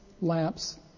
lamps